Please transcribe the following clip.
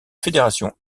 fédération